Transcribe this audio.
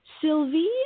Sylvie